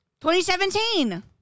2017